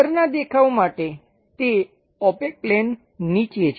ઉપરનાં દેખાવ માટે તે ઓપેક પ્લેન નીચે છે